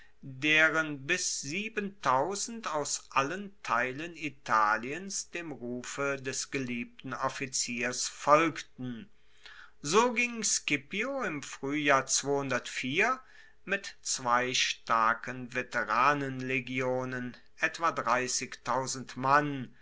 deren bis siebentausend aus allen teilen italiens dem rufe des geliebten offiziers folgten so ging scipio im fruehjahr mit zwei starken veteranenlegionen mann